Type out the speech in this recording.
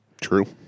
True